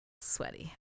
sweaty